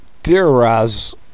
theorize